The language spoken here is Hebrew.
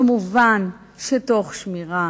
כמובן, תוך שמירה